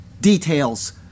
details